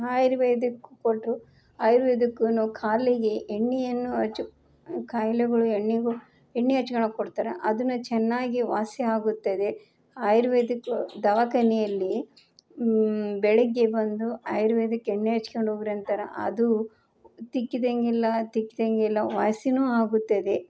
ಆಯುರ್ವೇದಿಕ್ ಕೊಟ್ಟರು ಆಯುರ್ವೇದಿಕ್ಕೂ ಕಾಲಿಗೆ ಎಣ್ಣೆಯನ್ನು ಹಚ್ಚು ಖಾಯ್ಲೆಗಳು ಎಣ್ಣೆಗೂ ಎಣ್ಣೆ ಹಚ್ಕೊಣಕ್ ಕೊಡ್ತಾರ ಅದನ್ನೂ ಚೆನ್ನಾಗಿ ವಾಸಿಯಾಗುತ್ತದೆ ಆಯುರ್ವೇದಿಕ್ ದವಾಖಾನಿಯಲ್ಲಿ ಬೆಳಗ್ಗೆ ಬಂದು ಆಯುರ್ವೇದಿಕ್ ಎಣ್ಣೆ ಹಚ್ಕೊಂಡ್ ಹೋಗ್ರಿ ಅಂತಾರೆ ಆದರೂ ತಿಕ್ಕಿದಂಗೆಲ್ಲ ತಿಕ್ಕಿದಂಗೆಲ್ಲ ವಾಸಿಯೂ ಆಗುತ್ತದೆ